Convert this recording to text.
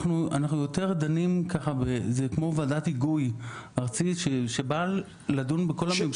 זה כמו ועדת היגוי ארצית שבאה לדון בכל הממשקים.